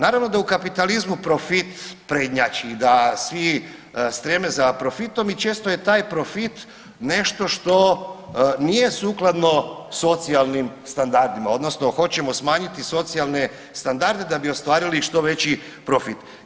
Naravno da u kapitalizmu profit prednjači i da svi streme za profitom i često je taj profit nešto što nije sukladno socijalnim standardima odnosno hoćemo smanjiti socijalne standarde da bi ostvarili što veći profit.